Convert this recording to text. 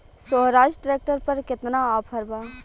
सोहराज tractor पर केतना offer बा?